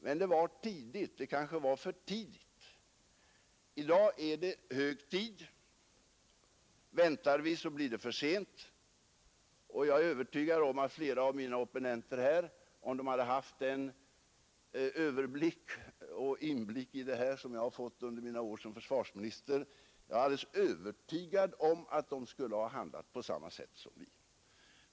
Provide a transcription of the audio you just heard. Men det var då kanske för tidigt. I dag är det hög tid att göra det. Väntar vi blir det för sent, och jag är övertygad om att flera av mina opponenter här, om de hade haft den överblick över och inblick i dessa frågor som jag fått under mina år som försvarsminister, skulle ha handlat på samma sätt som vi.